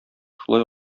шулай